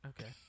Okay